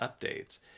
updates